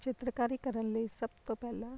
ਚਿੱਤਰਕਾਰੀ ਕਰਨ ਲਈ ਸਭ ਤੋਂ ਪਹਿਲਾਂ